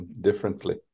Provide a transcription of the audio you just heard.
differently